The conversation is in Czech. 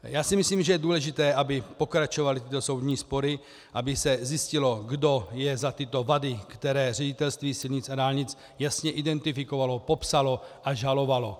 Já si myslím, že je důležité, aby pokračovaly tyto soudní spory, aby se zjistilo, kdo je za tyto vady, které Ředitelství silnic a dálnic jasně identifikovalo, popsalo a žalovalo.